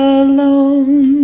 alone